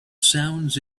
sounds